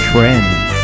Friends